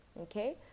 okay